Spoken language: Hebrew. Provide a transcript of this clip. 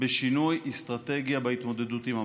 בשינוי אסטרטגיה בהתמודדות עם המגפה.